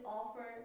offer